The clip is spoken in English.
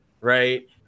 right